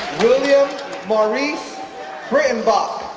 william maurice breitenbach